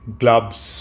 gloves